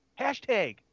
Hashtag